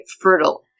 fertile